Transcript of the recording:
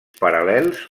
paral·lels